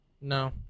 No